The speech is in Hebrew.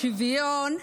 שוויון,